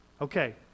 Okay